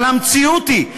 אבל המציאות היא,